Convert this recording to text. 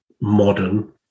modern